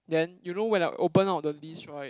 then you know when I open up the list right